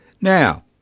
Now